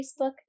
Facebook